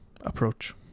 approach